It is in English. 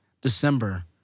December